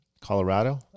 colorado